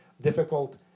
difficult